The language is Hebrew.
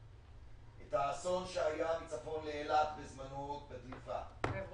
את האסון שהיה מצפון לאילת בזמנו בעברונה.